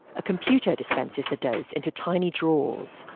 a computer dispenses the dose into tiny drawers,